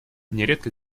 нередко